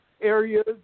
Areas